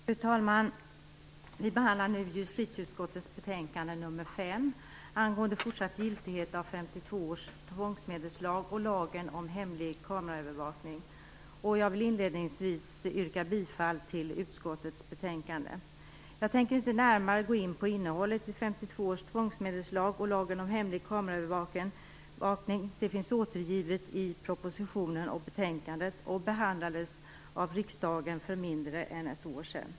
Fru talman! Vi behandlar nu justitieutskottets betänkande nr 5 angående fortsatt giltighet av 1952 års tvångsmedelslag och lagen om hemlig kameraövervakning. Jag vill inledningsvis yrka bifall till utskottets hemställan. Jag tänker inte närmare gå in på innehållet i 1952 års tvångsmedelslag och lagen om hemlig kameraövervakning. Det finns återgivet i propositionen och i betänkandet, och det behandlades av riksdagen för mindre än ett år sedan.